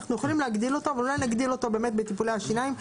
אנחנו יכולים להגדיל אותו ואולי נגדיל אותו באמת בטיפולי השיניים,